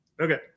Okay